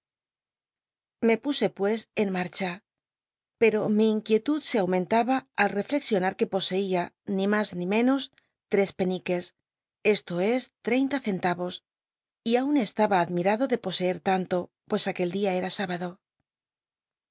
lije puse pues en marcha pero mi inquietud e aumentaba al reflexionar ue poseía ni mas ni menos tres peniques c lo e treinta centmo y aun colaba admimdo de pooccr tanto pues aquel dia era sübado